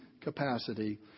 capacity